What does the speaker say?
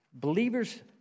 Believer's